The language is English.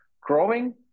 growing